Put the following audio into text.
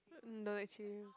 no actually